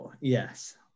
Yes